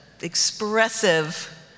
expressive